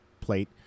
plate